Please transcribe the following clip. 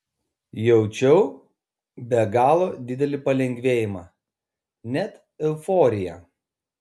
jaučiau be galo didelį palengvėjimą net euforiją